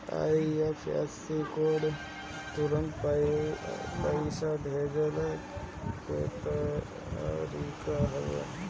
IFSC code तुरंत पईसा भेजला के तरीका हवे